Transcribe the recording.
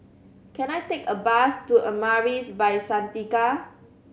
can I take a bus to Amaris By Santika